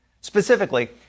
Specifically